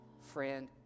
friend